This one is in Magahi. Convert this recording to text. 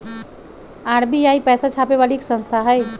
आर.बी.आई पैसा छापे वाली एक संस्था हई